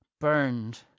burned